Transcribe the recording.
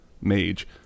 mage